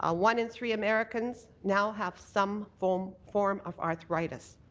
ah one in three americans now have some form form of arthritis.